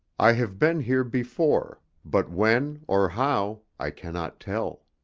i have been here before, but when, or how, i cannot tell!